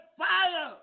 fire